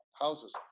houses